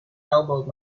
elbowed